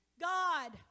God